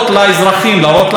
לדון בזה בממשלה,